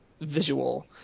visual